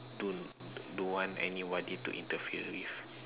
don't don't want anybody to interfere with